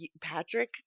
Patrick